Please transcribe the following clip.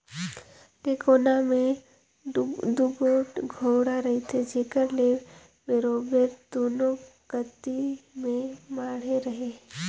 टेकोना मे दूगोट गोड़ा रहथे जेकर ले बरोबेर दूनो कती ले माढ़े रहें